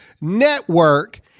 network